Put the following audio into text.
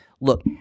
Look